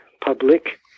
public